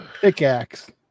Pickaxe